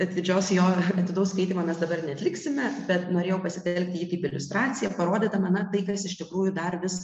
atidžios jo atidaus skaitymo mes dabar neliksime bet norėjau pasitelkti jį kaip iliustraciją parodydama na tai kas iš tikrųjų dar vis